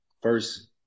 First